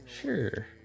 Sure